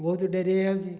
ବହୁତ ଡେରି ହେଇଯାଉଛି